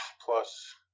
plus